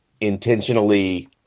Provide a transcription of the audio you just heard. intentionally